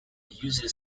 user